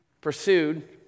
pursued